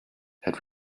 had